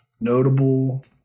notable